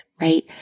right